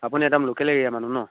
আপুনি একদম লোকেল এৰিয়াৰ মানুহ নহ্